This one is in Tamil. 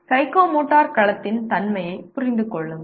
சைக்கோமோட்டர் களத்தின் தன்மையைப் புரிந்து கொள்ளுங்கள்